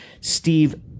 Steve